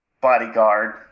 bodyguard